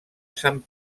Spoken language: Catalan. sant